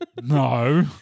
No